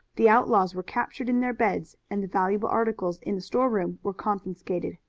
the outlaws were captured in their beds and the valuable articles in the storeroom were confiscated.